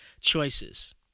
choices